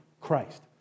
Christ